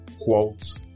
quotes